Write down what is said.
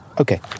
Okay